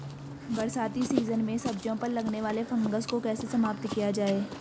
बरसाती सीजन में सब्जियों पर लगने वाले फंगस को कैसे समाप्त किया जाए?